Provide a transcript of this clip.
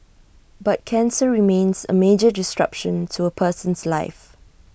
but cancer remains A major disruption to A person's life